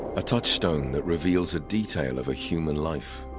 a touchstone that reveals a detail of a human life